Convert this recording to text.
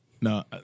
No